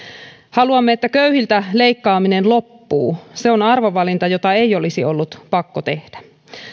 haluamme että köyhiltä leikkaaminen loppuu se on arvovalinta jota ei olisi ollut pakko tehdä